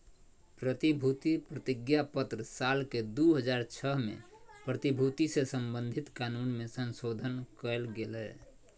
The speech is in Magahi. प्रतिभूति प्रतिज्ञापत्र साल के दू हज़ार छह में प्रतिभूति से संबधित कानून मे संशोधन कयल गेलय